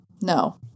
no